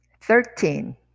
thirteen